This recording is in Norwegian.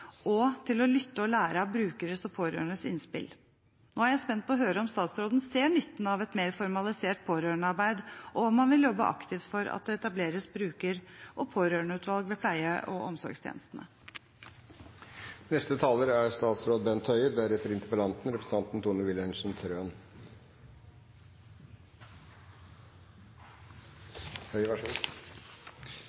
å lytte og lære av brukeres og pårørendes innspill. Nå er jeg spent på å høre om statsråden ser nytten av et mer formalisert pårørendearbeid, og om han vil jobbe aktivt for at det etableres bruker- og pårørendeutvalg ved pleie- og omsorgstjenestene?